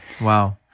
Wow